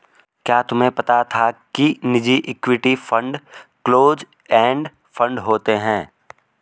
क्या तुम्हें पता था कि निजी equity fund close end fund होते हैं?